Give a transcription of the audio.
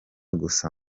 gusa